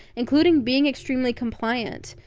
including being extremely compliant.